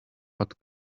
but